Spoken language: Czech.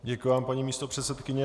Děkuji vám, paní místopředsedkyně.